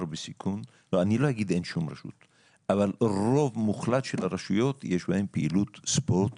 רוב מוחלט של הרשויות, יש בהן פעילות ספורט